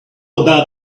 about